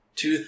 two